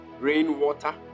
Rainwater